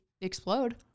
explode